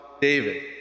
David